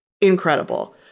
incredible